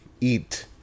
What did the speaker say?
eat